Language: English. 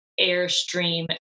airstream